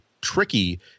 tricky